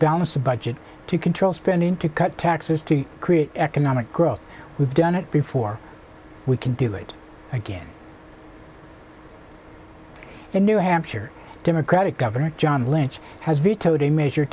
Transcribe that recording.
balance the budget to control spending to cut taxes to create economic growth we've done it before we can do it again in new hampshire democratic governor john lynch has vetoed a